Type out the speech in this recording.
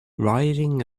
riding